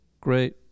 great